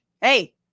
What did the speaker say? Hey